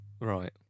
right